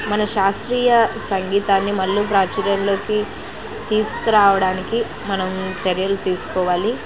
మన శాస్త్రీయ సంగీతాన్ని మళ్ళీ ప్రాచుర్యంలోకి తీసుకురావడానికి మనం చర్యలు తీసుకోవాలి